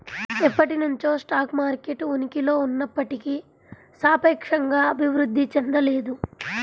ఎప్పటినుంచో stock market ఉనికిలో ఉన్నప్పటికీ సాపేక్షంగా అభివృద్ధి చెందలేదు